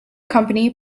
company